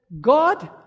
God